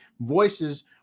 voices